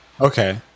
Okay